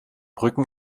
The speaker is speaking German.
brücken